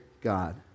God